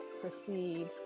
proceed